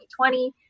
2020